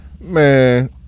man